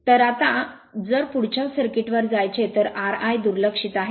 तर आता जर पुढच्या सर्किट वर जायचे तर Ri दुर्लक्षित आहे